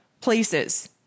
places